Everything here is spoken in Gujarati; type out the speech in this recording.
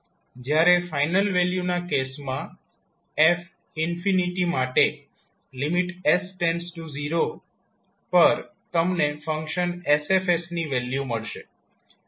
જ્યારે ફાઇનલ વેલ્યુના કેસમાં f માટે s0 પર તમને ફંક્શન sF ની વેલ્યુ મળશે